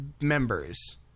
members